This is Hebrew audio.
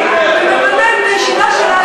זה בושה וחרפה.